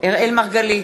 אראל מרגלית,